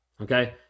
Okay